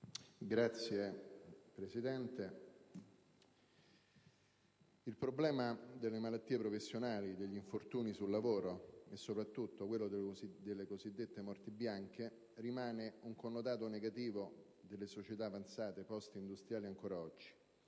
Signor Presidente, il problema delle malattie professionali, degli infortuni sul lavoro e soprattutto quello delle cosiddette morti bianche rimane un connotato negativo delle società avanzate *post* industriali ancora oggi,